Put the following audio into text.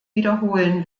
wiederholen